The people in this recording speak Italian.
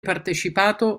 partecipato